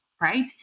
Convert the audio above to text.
right